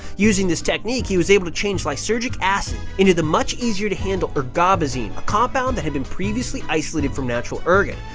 using this technique he was able to change lysergic acid into the much easier to handle ergobasine, a compound that had been previously isolated from natural ergot.